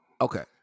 Okay